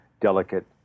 delicate